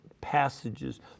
passages